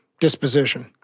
disposition